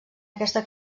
aquesta